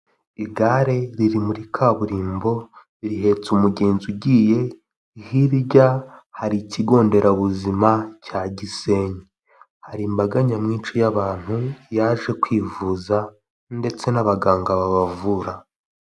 Igare riri muri kaburimbo rihetse umugenzi ugiye, hirya hari ikigonderabuzima cya Gisenyi, hari imbaga nyamwinshi y'abantu yaje kwivuza ndetse n'abaganga babavura.